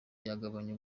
byagabanya